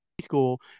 school